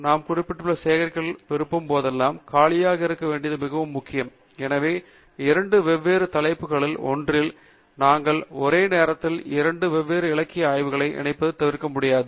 நாம் குறிப்புகளைச் சேகரிக்க விரும்பும் போதெல்லாம் காலியாக இருக்க வேண்டியது மிகவும் முக்கியம் எனவே இரண்டு வெவ்வேறு தலைப்புகள் ஒன்றில் நாங்கள் ஒரே நேரத்தில் இரண்டு வெவ்வேறு இலக்கிய ஆய்வுகளை இணைப்பது தவிர்க்க முடியாது